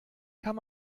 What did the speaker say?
kann